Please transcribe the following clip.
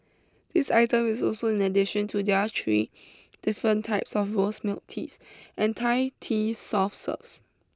this item is also in addition to their three different types of rose milk teas and Thai tea soft serves